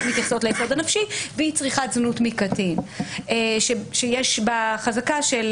מתייחסות גם ליסוד הנפשי - והיא צריכת זנות מקטין שיש בה חזקה של